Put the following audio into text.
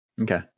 Okay